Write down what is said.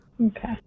Okay